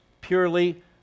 purely